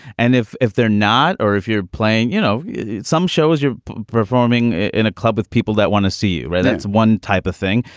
and if if they're not or if you're playing you know some shows you're performing in a club with people that want to see. that's one type of thing.